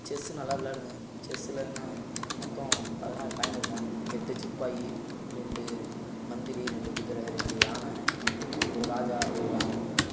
chess நல்லா விளையாடுவேன் செஸ்ஸுலேனா மொத்தம் பதினாறு காயின் இருக்கும் எட்டு சிப்பாய் ரெண்டு மந்திரி ரெண்டு குதிரை ரெண்டு யானை ஒரு ராஜா ஒரு ராணி